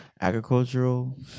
Agricultural